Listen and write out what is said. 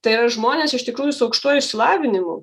tai yra žmonės iš tikrųjų su aukštuoju išsilavinimu